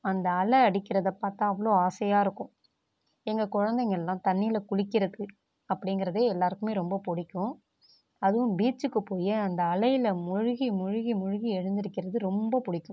அந்த அலை அடிக்கிறதை பார்த்தா அவ்வளோ ஆசையாக இருக்கும் எங்கள் குழந்தைங்கல்லாம் தண்ணீரில குளிக்கிறது அப்படீங்கிறதே எல்லாருக்குமே ரொம்ப பிடிக்கும் அதுவும் பீச்சுக்கு போய் அந்த அலையில் மூழ்கி மூழ்கி மூழ்கி எழுந்திரிக்கிறது ரொம்ப பிடிக்கும்